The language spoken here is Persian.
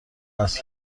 هست